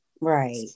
Right